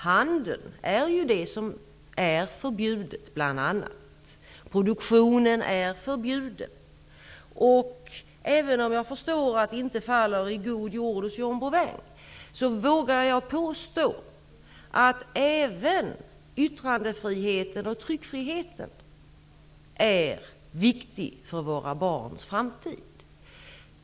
Handeln är ju förbjuden, liksom produktionen. Även om jag förstår att det inte faller i god jord hos John Bouvin, vågar jag påstå att även yttrandefriheten och tryckfriheten är viktiga för våra barns framtid.